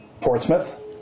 Portsmouth